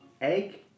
egg